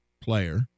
player